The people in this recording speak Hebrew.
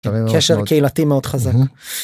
קשר קהילתי מאוד חזק.